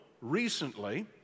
recently